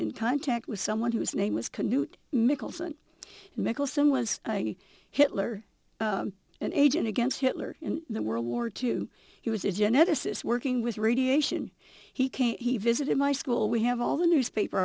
in contact with someone whose name was commute mickleson mickelson was a hitler an agent against hitler and the world war two he was a geneticist working with radiation he came he visited my school we have all the newspaper